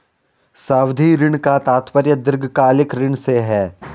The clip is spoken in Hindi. सावधि ऋण का तात्पर्य दीर्घकालिक ऋण से है